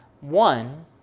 one